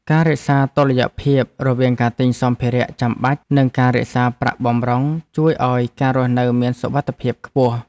ការរក្សាតុល្យភាពរវាងការទិញសម្ភារៈចាំបាច់និងការរក្សាប្រាក់បម្រុងជួយឱ្យការរស់នៅមានសុវត្ថិភាពខ្ពស់។